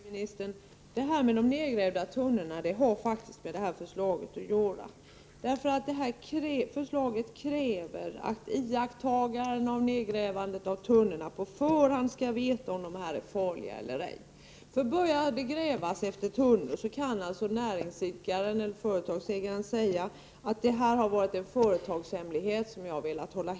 Fru talman! Exemplet med de nedgrävda tunnorna har faktiskt med det här förslaget att göra. Den föreslagna lagstiftningen kräver att den som iakttar nedgrävandet av tunnorna på förhand skall veta om de är farliga eller ej, Börjar det grävas efter tunnor, kan företagsägaren säga att förekomsten av tunnorna har varit en hemlighet som han har velat skydda.